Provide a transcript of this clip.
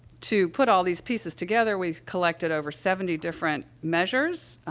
to put all these pieces together, we've collected over seventy different measures,